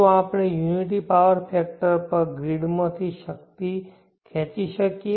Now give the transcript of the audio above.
શું આપણે unity power factor પર ગ્રીડમાંથી શક્તિ ખેંચી શકીએ